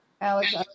Alex